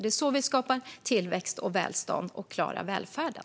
Det är så vi skapar tillväxt och välstånd och klarar välfärden.